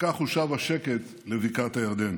וכך הושב השקט לבקעת הירדן.